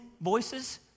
voices